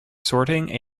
sorting